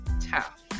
tough